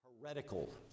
heretical